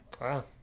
Wow